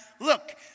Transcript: look